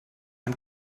man